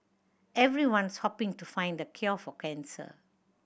Everyone's hoping to find the cure for cancer